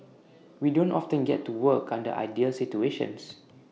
we don't often get to work under ideal situations